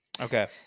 Okay